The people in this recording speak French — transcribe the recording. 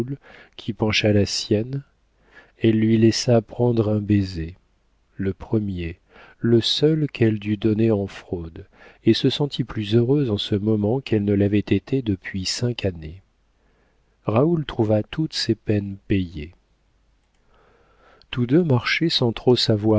qui pencha la sienne elle lui laissa prendre un baiser le premier le seul qu'elle dût donner en fraude et se sentit plus heureuse en ce moment qu'elle ne l'avait été depuis cinq années raoul trouva toutes ses peines payées tous deux marchaient sans trop savoir